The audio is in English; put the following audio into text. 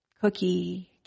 cookie